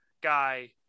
guy